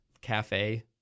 cafe